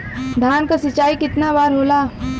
धान क सिंचाई कितना बार होला?